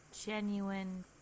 genuine